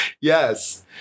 yes